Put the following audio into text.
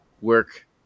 work